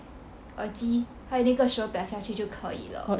耳机还有一个手表下去就可以了